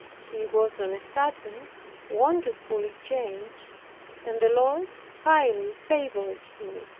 he was on a sudden wonderfully changed and the lord highly favored him.